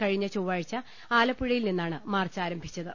കഴിഞ്ഞ ചൊവ്വാഴ് ച ആലപ്പു ഴ യിൽനിന്നാണ് മാർച്ച് ആരംഭിച്ചത്